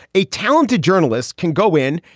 a talented journalist can go in,